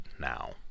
now